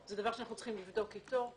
זה דבר שאנחנו צריכים לבדוק איתו.